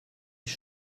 ich